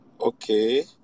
okay